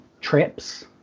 Trips